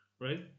right